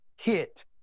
hit